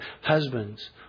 husbands